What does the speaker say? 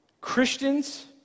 Christians